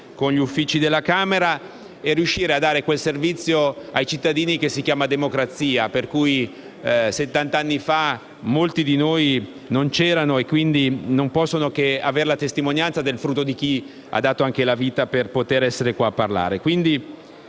con gli uffici della Camera, riuscendo a dare quel servizio ai cittadini che si chiama democrazia. Settant'anni fa molti noi non c'erano e non possono avere che la testimonianza del frutto di chi ha dato anche la vita per poter essere qui a parlare.